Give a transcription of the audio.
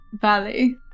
valley